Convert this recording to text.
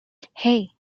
hey